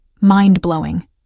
mind-blowing